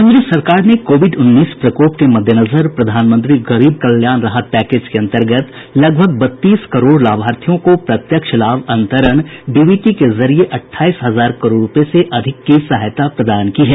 केन्द्र सरकार ने कोविड उन्नीस प्रकोप के मद्देनजर प्रधानमंत्री गरीब कल्याण राहत पैकेज के अंतर्गत लगभग बत्तीस करोड़ लाभार्थियों को प्रत्यक्ष लाभ अंतरण डीबीटी के जरिये अट्ठाईस हजार करोड़ रूपये से अधिक की सहायता प्रदान की है